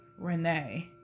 Renee